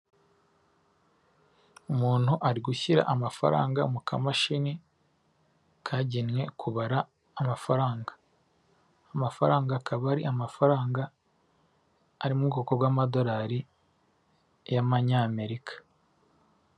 Umuntu ari gushyira amafaranga mu kamashini kagenwe kubara amafaranga; amafaranga akaba ari amafaranga ari mu bwoko bw'amadorari y'amanyamerika.